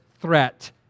threat